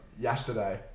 yesterday